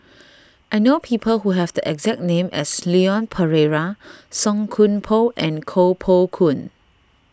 I know people who have the exact name as Leon Perera Song Koon Poh and Koh Poh Koon